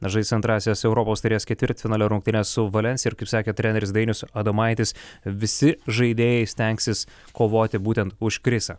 žais antrąsias europos taurės ketvirtfinalio rungtynes su valensijos ir sakė treneris dainius adomaitis visi žaidėjai stengsis kovoti būtent už krisą